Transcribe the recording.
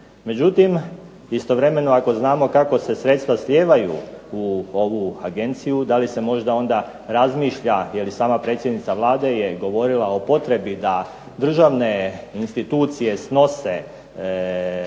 Međutim, istovremeno ako znamo kako se sredstva slijevaju u ovu Agenciju da li se možda onda razmišlja jer i sama predsjednica Vlade je govorila o potrebi da same državne institucije snose